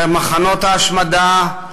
במחנות ההשמדה,